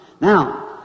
Now